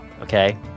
Okay